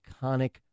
iconic